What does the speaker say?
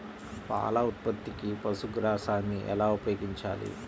పాల ఉత్పత్తికి పశుగ్రాసాన్ని ఎలా ఉపయోగించాలి?